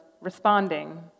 responding